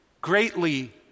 greatly